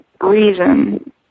reason